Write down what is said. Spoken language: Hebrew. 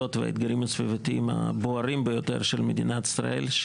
והאתגרים הסביבתיים הבוערים ביותר של מדינת ישראל.